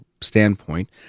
standpoint